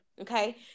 Okay